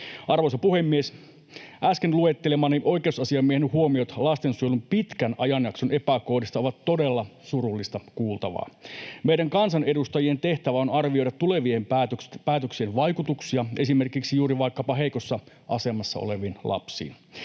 Arvoisa puhemies! Äsken luettelemani oikeusasiamiehen huomiot lastensuojelun pitkän ajanjakson epäkohdista ovat todella surullista kuultavaa. Meidän kansanedustajien tehtävä on arvioida tulevien päätöksien vaikutuksia vaikkapa juuri heikossa asemassa oleviin lapsiin.